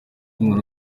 muntu